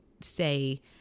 say